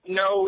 no